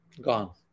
gone